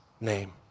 name